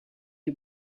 you